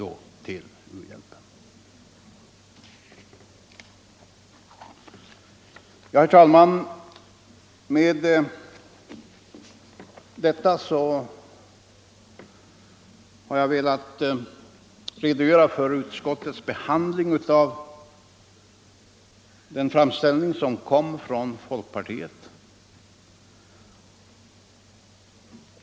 Herr talman! Med detta har jag velat redogöra för utskottets behandling av den framställning som kom från folkpartiet.